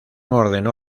ordenó